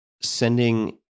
sending